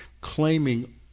claiming